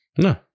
No